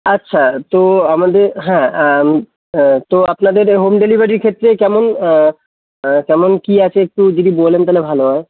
আচ্ছা তো আমাদের হ্যাঁ তো আপনাদের হোম ডেলিভারির ক্ষেত্রে কেমন কেমন কী আছে একটু যদি বলেন তালে ভালো হয়